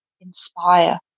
inspire